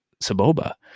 Saboba